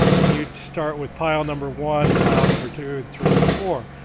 and you'd start with pile number one, pile number two and three and four.